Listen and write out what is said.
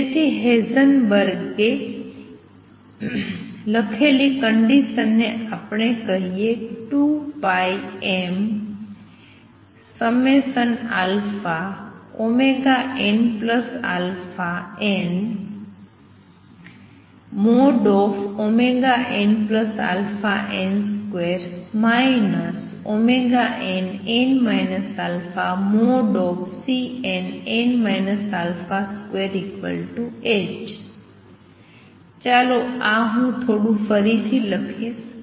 તેથી હાઈસેનબર્ગે લખેલી કંડિસન ને આપણે કહીએ 2 m nαn|nαn|2 nn α|Cnn α |2h ચાલો આ થોડું ફરીથી લખીશું